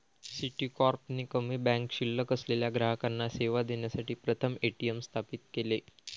Citicorp ने कमी bank शिल्लक असलेल्या ग्राहकांना सेवा देण्यासाठी प्रथम ए.टी.एम स्थापित केले